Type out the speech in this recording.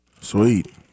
Sweet